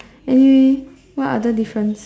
any what other difference